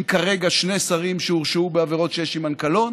כרגע שני שרים שהורשעו בעבירות שיש עמן קלון